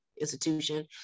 institution